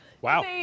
wow